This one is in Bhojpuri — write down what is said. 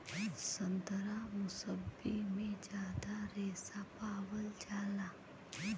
संतरा मुसब्बी में जादा रेशा पावल जाला